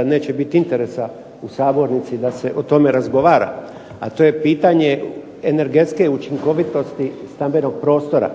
da neće biti interesa u sabornici da se o tome razgovara, a to je pitanje energetske učinkovitosti stambenog prostora.